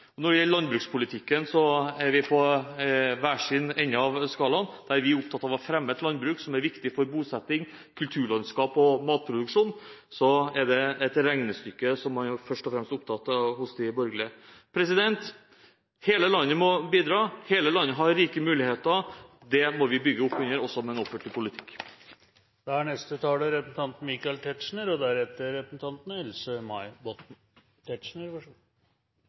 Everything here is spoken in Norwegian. instrument. Når det gjelder landbrukspolitikken, er vi på hver vår ende av skalaen. Når vi er opptatt av å fremme et landbruk som er viktig for bosetting, kulturlandskap og matproduksjon, er de borgerlige først og fremst opptatt av et regnestykke. Hele landet må bidra, og hele landet har rike muligheter. Det må vi bygge opp under også med en offentlig politikk. Med fare for å bli beskyldt for svartmaling: Det å utføre sitt demokratiske oppdrag og ha alternativ politikk til regjeringen forveksles ofte med at man er